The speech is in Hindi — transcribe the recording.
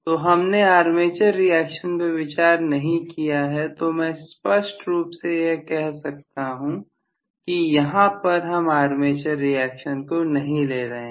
तो हमने आर्मेचर रिएक्शन पर विचार नहीं किया है तो मैं स्पष्ट रूप से यह कह सकता हूं कि यहां पर हम आर्मेचर रिएक्शन को नहीं ले रहे हैं